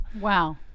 Wow